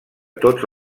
tots